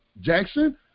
Jackson